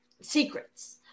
secrets